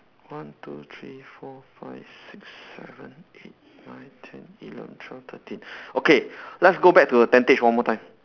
one two three four five six seven eight nine ten eleven twelve thirteen okay let's go back to the tentage one more time